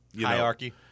hierarchy